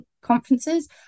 conferences